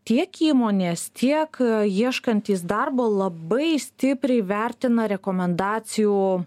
tiek įmonės tiek ieškantys darbo labai stipriai vertina rekomendacijų